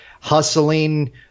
hustling